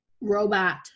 robot